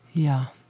yeah.